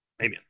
Amen